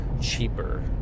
cheaper